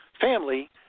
family